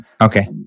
Okay